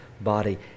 body